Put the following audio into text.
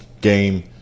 game